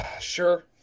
sure